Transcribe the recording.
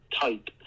type